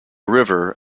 river